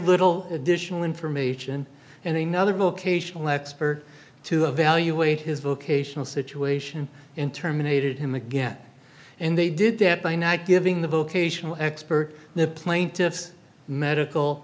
little additional information and another book ational expert to evaluate his vocational situation in terminated him again and they did it by not giving the vocational expert the plaintiff's medical